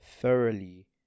thoroughly